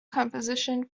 composition